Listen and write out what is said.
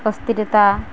ଅସ୍ଥିରତା